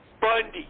Bundy